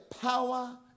power